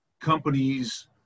companies